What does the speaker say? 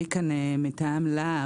אני כאן מטעם להב.